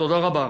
תודה רבה.